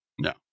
No